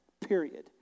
period